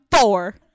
four